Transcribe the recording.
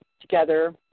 together